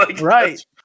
Right